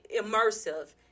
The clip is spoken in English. immersive